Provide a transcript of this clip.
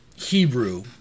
Hebrew